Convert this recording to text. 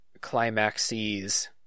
climaxes